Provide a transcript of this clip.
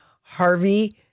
Harvey